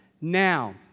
Now